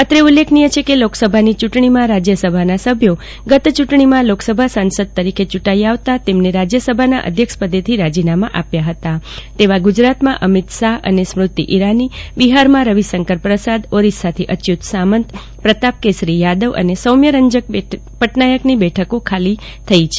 અત્રે ઉલ્લેખનીય છે લોકસભાની ચુંટણીમાં રાજયસભાના સભ્યો ગત ચુંટણીમાં લોકસભા સાંસદ તરીકે ચુંટાઈ આવતા તેઓ રાજયસભાના સભ્યપદેથી રાજીનામા આપ્યા ફતા તેવા ગુજરાતમાં અમિત શાફ સ્મૃતિ ઈરાની બિફારમાં રવિશંકર પ્રસાદઓરિસ્સાની અચ્યુત સામંત પ્રતાપ કેસરી થાદવ અને સૌમ્યરંજક પટનાયકની બેઠકો ખાલી થઈ છે